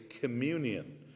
communion